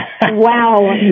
Wow